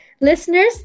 Listeners